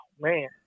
man